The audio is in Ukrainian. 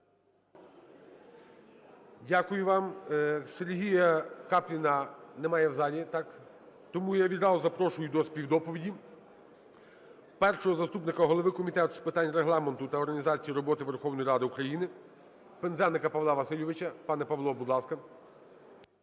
Дякую вам. СергіяКапліна немає в залі, так? Тому я запрошую до співдоповіді першого заступника голови Комітету з питань Регламенту та організації роботи Верховної Ради України – Пинзеника Павла Васильовича. Пане Павло, будь ласка.